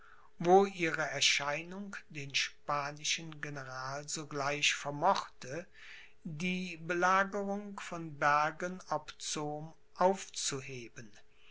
wo ihre erscheinung den spanischen general sogleich vermochte die belagerung von bergen op zoom aufzuheben